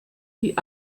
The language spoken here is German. die